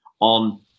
on